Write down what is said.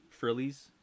frillies